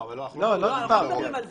לא, אבל אנחנו לא מדברים על המסדרון.